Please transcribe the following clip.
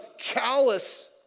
callous